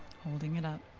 holding it up.